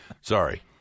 sorry